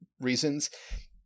reasons